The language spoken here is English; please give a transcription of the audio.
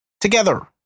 Together